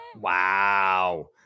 Wow